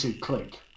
click